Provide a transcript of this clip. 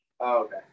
okay